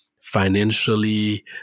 financially